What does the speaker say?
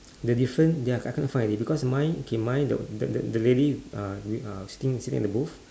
the difference ya I can't find already because mine K mine the the the the lady uh in uh sitting at the booth